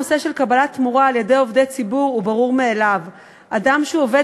הנושא של קבלת תמורה על-ידי עובדי ציבור הוא ברור מאליו: אדם שהוא עובד